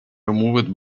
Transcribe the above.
removed